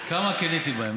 כמה קינאתי בהם.